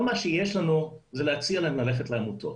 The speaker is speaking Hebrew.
כל מה שיש לנו זה להציע להם ללכת לעמותות.